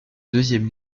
deuxième